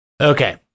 okay